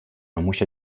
mamusia